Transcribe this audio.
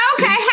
Okay